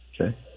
Okay